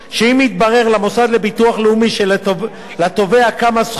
שאם מתברר למוסד לביטוח לאומי שלתובע קמה זכאות